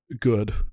good